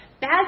bad